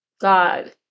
God